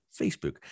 Facebook